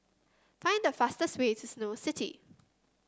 find the fastest way to Snow City